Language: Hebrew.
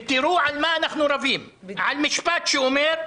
תראו על מה אנחנו רבים על משפט שאומר: